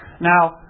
Now